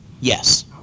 Yes